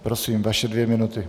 Prosím, vaše dvě minuty.